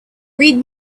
read